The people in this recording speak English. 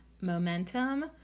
momentum